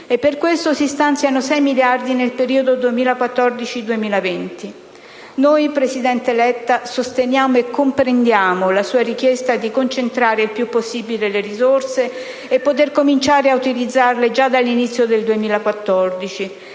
Per questo si stanziano 6 miliardi nel periodo 2014-2020. Noi, presidente Letta, sosteniamo e comprendiamo la sua richiesta di concentrare il più possibile le risorse e di poter cominciare ad utilizzarle già dall'inizio del 2014